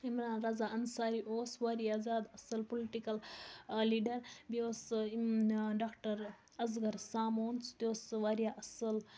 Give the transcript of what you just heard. عمران رضا اَنصاری اوس واریاہ زیادٕ اَصٕل پُلٹِکَل لیٖڈَر بیٚیہِ اوس سُہ ڈاکٹر اَصغر سامون سُہ تہِ اوس سُہ واریاہ اَصٕل